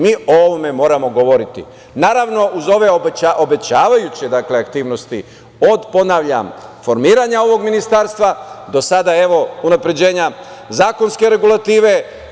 Mi o ovome moramo govoriti, naravno, uz ove obećavajuće aktivnosti, ponavljam, od formiranja ovog ministarstva do unapređenja zakonske regulative.